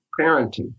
parenting